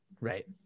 Right